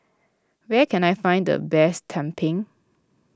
where can I find the best Tumpeng